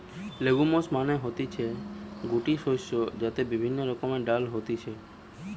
legumes মানে হতিছে গুটি শস্য যাতে বিভিন্ন রকমের ডাল হতিছে